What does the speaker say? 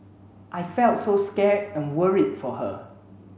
I felt so scared and worried for her